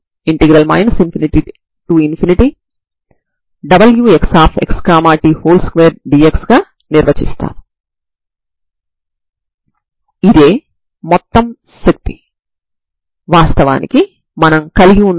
కాబట్టి దీనికి బదులుగా మనం పరిమిత స్ట్రింగ్ కోసం ఈ మోడల్ ని మాత్రమే కలిగి ఉన్నాము